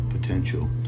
potential